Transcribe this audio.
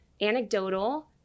anecdotal